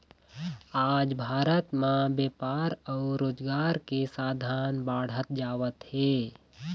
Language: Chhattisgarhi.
आज भारत म बेपार अउ रोजगार के साधन बाढ़त जावत हे